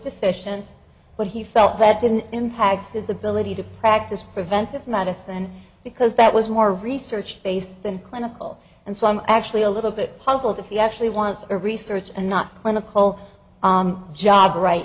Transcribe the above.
deficient but he felt that didn't impact his ability to practice preventive medicine because that was more research based than clinical and so i'm actually a little bit puzzled if he actually wants a research and not clinical on the job right